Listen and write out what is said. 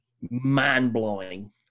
mind-blowing